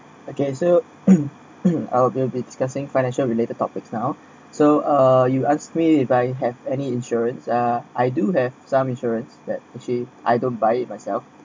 okay so I'll be discussing financial related topics now so uh you ask me if I have any insurance uh I do have some insurance that actually I don't buy it myself